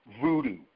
voodoo